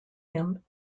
him